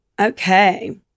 Okay